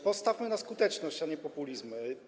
Postawmy na skuteczność, a nie na populizm.